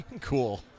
Cool